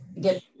get